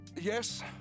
Yes